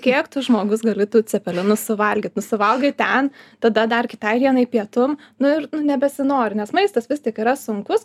kiek tu žmogus gali tų cepelinų suvalgyt nu suvalgai ten tada dar kitai dienai pietum nu ir nu nebesinori nes maistas vis tik yra sunkus